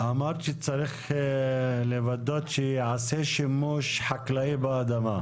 אמרת שצריך לוודא שייעשה שימוש חקלאי באדמה.